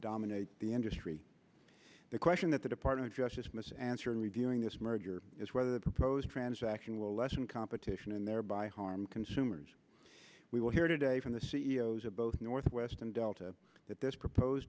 dominate the industry the question that the department of justice must answer in reviewing this merger is whether the proposed transaction will lessen competition and thereby harm consumers we will hear today from the c e o s of both northwest and delta that this propose